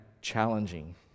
challenging